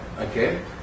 Okay